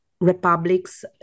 republics